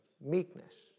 meekness